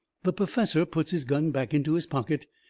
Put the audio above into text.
the perfessor puts his gun back into his pocket,